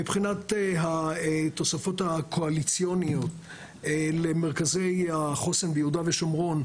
מבחינת התוספות הקואליציוניות למרכזי החוסן ביהודה ושומרון,